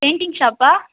painting ஷாப்பா